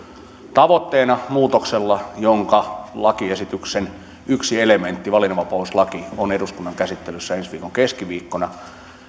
tavoitteena muutoksella jonka lakiesityksen yksi elementti valinnanvapauslaki on eduskunnan käsittelyssä ensi viikon keskiviikkona